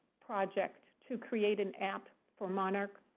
project, to create an app for monarch